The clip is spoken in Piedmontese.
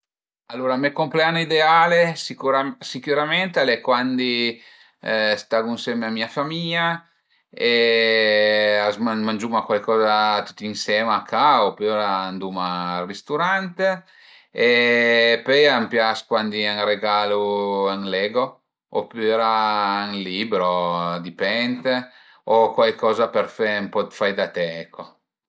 Alura me compleanno ideale sicura sicürament al e cuandi stagu ënsema a mia famìa e a s'mangia, mangiuma cuaicoza tüti ënsema a ca opüra anduma al risturant e pöi a m'pias cuandi a më regalu ën Lego opüra ën libro a dipend i cuaicoza për fe ën po dë fai da te ecco